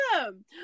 awesome